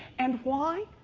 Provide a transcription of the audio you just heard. and why?